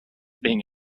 being